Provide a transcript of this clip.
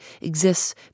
exists